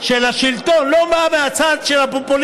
של השלטון ולא בא מהצד של הפופוליזם,